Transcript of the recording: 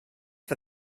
for